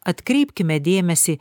atkreipkime dėmesį